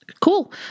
cool